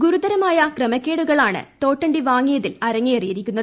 ഗുരുതരമായ ക്രമക്കേടുകളാണ് തോട്ടണ്ടി വാങ്ങിയതിൽ അരങ്ങേറിയിരിക്കുന്നത്